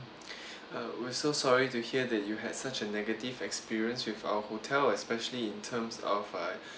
uh we're so sorry to hear that you had such a negative experience with our hotel especially in terms of uh